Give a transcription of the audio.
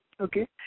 Okay